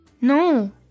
No